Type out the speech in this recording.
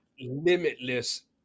limitless